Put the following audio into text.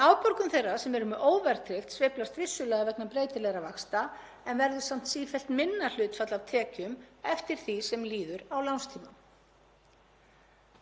Það er líka gríðarlega vafasamt hagkerfi sem gerir ráð fyrir að fasteignaverð verði að hækka til að einhver eignamyndun verði hjá stórum hluta